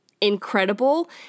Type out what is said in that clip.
incredible